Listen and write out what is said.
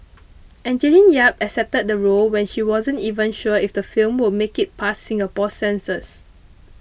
Angeline Yap accepted the role when she wasn't even sure if the film will make it past Singapore's censors